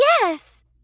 yes